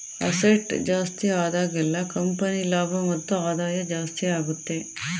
asset ಜಾಸ್ತಿ ಆದಾಗೆಲ್ಲ company ಲಾಭ ಮತ್ತು ಆದಾಯ ಜಾಸ್ತಿ ಆಗುತ್ತೆ